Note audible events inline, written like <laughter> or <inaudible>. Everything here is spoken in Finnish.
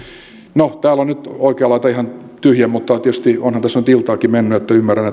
no täällä on nyt oikea laita ihan tyhjä mutta tietysti onhan tässä nyt iltaakin mennyt että ymmärrän <unintelligible>